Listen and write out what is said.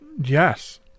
Yes